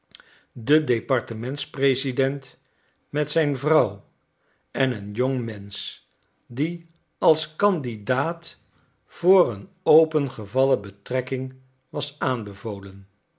de departementspresident met zijn vrouw en een jong mensch die als candidaat voor een opengevallen betrekking was aanbevolen